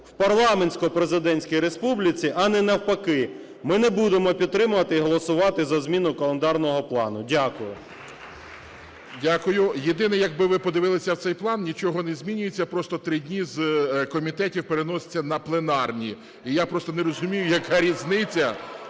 в парламентсько-президентській республіці, а не навпаки. Ми не будемо підтримувати і голосувати за зміни календарного плану. Дякую. ГОЛОВУЮЧИЙ. Дякую. Єдине, якби ви подивилися в цей план, нічого не змінюється, просто три дні з комітетів переноситься на пленарні. Ія просто не розумію, яка різниця,